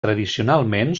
tradicionalment